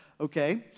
okay